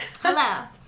Hello